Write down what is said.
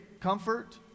comfort